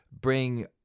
bring